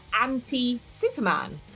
anti-Superman